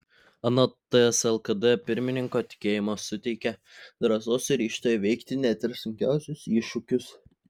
anot ts lkd pirmininko tikėjimas suteikia drąsos ir ryžto įveikti net ir sunkiausius iššūkius